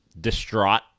distraught